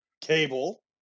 Cable